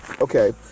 okay